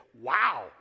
Wow